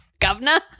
Governor